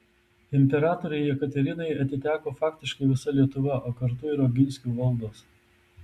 imperatorei jekaterinai atiteko faktiškai visa lietuva o kartu ir oginskių valdos